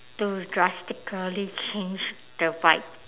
to drastically change the vibe